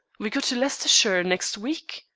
we go to leicestershire next week.